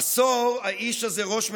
עשור האיש הזה ראש ממשלה,